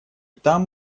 там